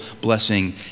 blessing